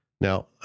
Now